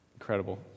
incredible